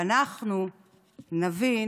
ואנחנו נבין